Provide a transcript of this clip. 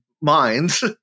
minds